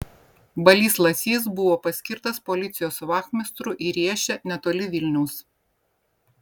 balys lasys buvo paskirtas policijos vachmistru į riešę netoli vilniaus